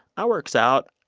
i works out.